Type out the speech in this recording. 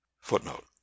Footnote